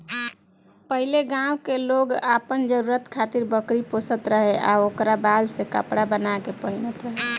पहिले गांव के लोग आपन जरुरत खातिर बकरी पोसत रहे आ ओकरा बाल से कपड़ा बाना के पहिनत रहे